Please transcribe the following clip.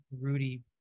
Rudy